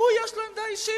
הוא, יש לו עמדה אישית.